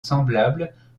semblables